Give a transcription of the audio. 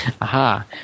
Aha